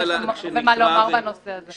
יש הרבה מה לומר בנושא הזה.